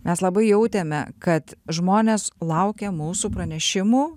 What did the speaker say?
mes labai jautėme kad žmonės laukia mūsų pranešimų